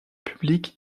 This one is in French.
publique